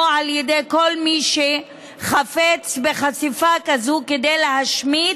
ואם על ידי כל מי שחפץ בחשיפה כזאת כדי להשמיץ,